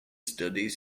studies